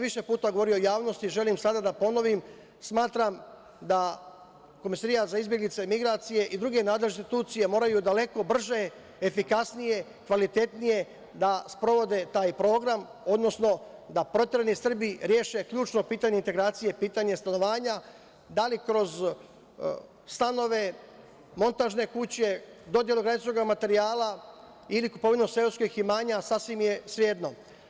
Više puta sam govorio u javnosti, želim i sada da ponovim, smatram da Komesarijat za izbeglice i migracije i druge nadležne institucije moraju daleko brže, efikasnije i kvalitetnije da sprovode taj program, odnosno da proterani Srbi reše ključno pitanje integracije, pitanje stanovanja, da li kroz stanove, montažne kuće, dodelu građevinskog materijala ili kupovinom seoskih imanja, sasvim je svejedno.